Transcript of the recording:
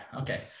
okay